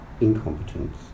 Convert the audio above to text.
incompetence